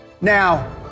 Now